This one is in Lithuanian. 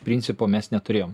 principo mes neturėjom